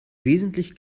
wesentlich